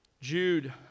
Jude